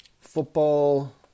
football